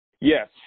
Yes